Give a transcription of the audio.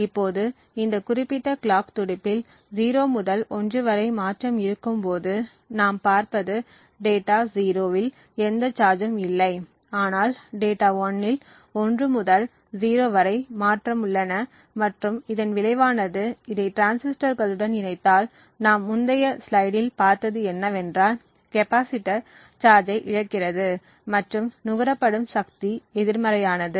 இப்போது இந்த குறிப்பிட்ட கிளாக் துடிப்பில் 0 முதல் 1 வரை மாற்றம் இருக்கும்போது நாம் பார்ப்பது டேட்டா 0 இல் எந்த சார்ஜ்யும் இல்லை ஆனால் டேட்டா 1 இல் 1 முதல் 0 வரை மாற்றம் உள்ளன மற்றும் இதன் விளைவானது இதை டிரான்சிஸ்டர்களுடன் இணைத்தால் நாம் முந்தைய ஸ்லைடில் பார்த்தது என்னவென்றால் கெப்பாசிட்டர் சார்ஜ் ஐ இழக்கிறது மற்றும் நுகரப்படும் சக்தி எதிர்மறையானது